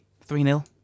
Three-nil